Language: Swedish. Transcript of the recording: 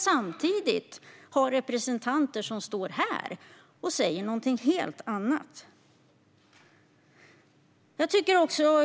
Samtidigt har han representanter som står här och säger någonting helt annat.